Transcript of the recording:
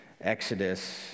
exodus